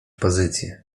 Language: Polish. pozycję